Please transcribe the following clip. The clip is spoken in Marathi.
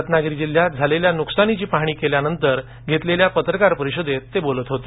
रत्नागिरी जिल्ह्यात झालेल्या नुकसानीची पाहणी केल्यानंतर घेतलेल्या पत्रकार परिषदेत ते बोलत होते